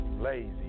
lazy